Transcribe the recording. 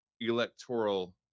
electoral